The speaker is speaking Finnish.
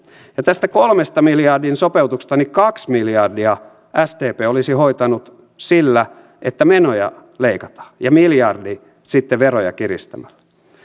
ja tästä kolmen miljardin sopeutuksesta kaksi miljardia sdp olisi hoitanut sillä että menoja leikataan ja miljardin sitten veroja kiristämällä